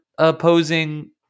opposing